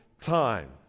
time